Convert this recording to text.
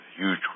huge